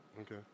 Okay